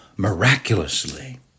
miraculously